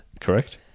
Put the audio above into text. Correct